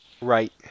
Right